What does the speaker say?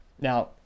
Now